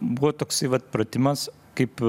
buvo toksai vat pratimas kaip